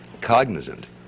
cognizant